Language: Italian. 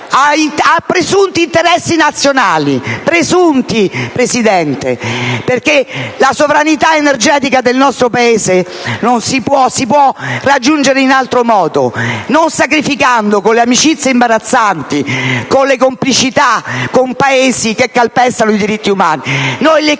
a presunti interessi nazionali? Presunti, signor Presidente, perché la sovranità energetica del nostro Paese si può raggiungere in altro modo, non sacrificandoci con le amicizie imbarazzanti, con complicità con Paesi che calpestano i diritti umani. Non